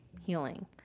healing